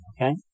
okay